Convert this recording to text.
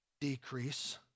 decrease